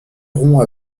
rompt